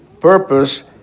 purpose